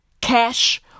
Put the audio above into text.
Cash